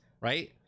Right